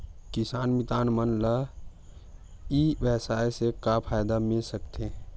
किसान मितान मन ला ई व्यवसाय से का फ़ायदा मिल सकथे?